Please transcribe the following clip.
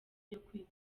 kwikunda